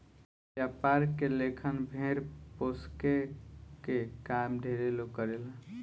व्यापार के लेखन भेड़ पोसके के काम ढेरे लोग करेला